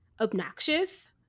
obnoxious